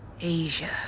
Asia